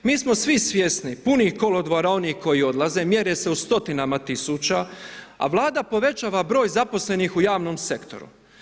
Mi smo svi svjesni punih kolodvora onih koji odlaze mjere se u stotinama tisuća a Vlada povećava broj zaposlenih u javnom sektoru.